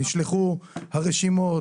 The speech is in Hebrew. נשלחו הרשימות,